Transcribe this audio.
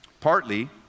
Partly